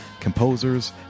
composers